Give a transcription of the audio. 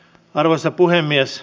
arvoisa puhemies